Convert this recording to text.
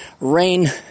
rain